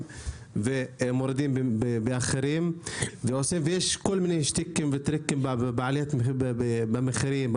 ומורידים באחרים ויש כל מיני שטיקים וטריקים במחירים,